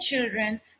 children